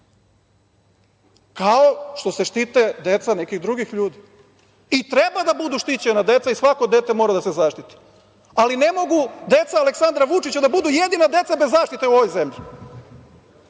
kao što se štite deca nekih drugih ljudi? Treba da budu štićena deca i svako dete mora da se zaštiti, ali ne mogu deca Aleksandra Vučića da budu jedina deca bez zaštite u ovoj zemlji,